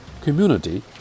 community